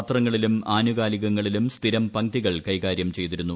പത്രങ്ങളിലും ആനുകാലികങ്ങളിലും സ്ഥിരം പംക്തികൾ കൈകാര്യം ചെയ്തിരുന്നു